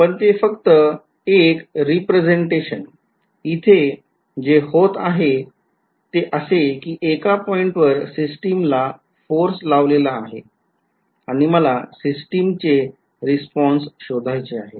पण ते फक्त एक रेप्रेसेंटेशन इथे जे होत आहे ते असे कि एका पॉईंटवर सिस्टिमला फोर्स लावलेला आहे आणि मला सिस्टिमचे रिस्पॉन्स शोधायचे आहे